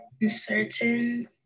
uncertain